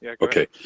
Okay